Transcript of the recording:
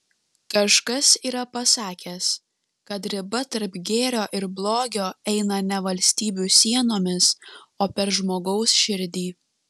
kažkas yra pasakęs kad riba tarp gėrio ir blogio eina ne valstybių sienomis o per žmogaus širdį